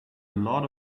lot